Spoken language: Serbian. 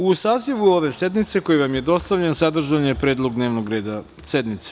U sazivu ove sednice, koji vam je dostavljen sadržan je predlog dnevnog reda sednice.